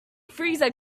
freezer